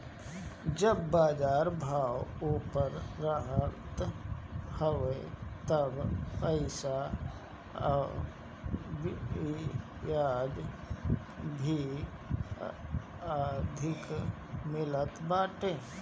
जब बाजार भाव ऊपर रहत हवे तब पईसा पअ बियाज भी अधिका मिलत बाटे